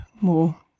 more